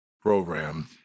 program